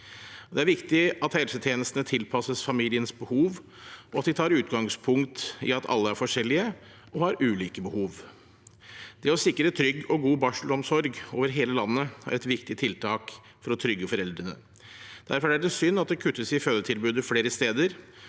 Det er viktig at helsetjenestene tilpasses familienes behov, og at de tar utgangspunkt i at alle er forskjellige og har ulike behov. Det å sikre trygg og god barselomsorg over hele landet er et viktig tiltak for å trygge foreldrene. Derfor er det synd at det kuttes i fødetilbudet flere steder,